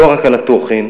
לא רק על התוכן,